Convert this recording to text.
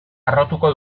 harrotuko